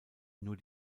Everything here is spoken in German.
nur